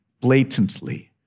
blatantly